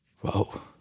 Whoa